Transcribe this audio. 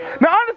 now